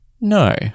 No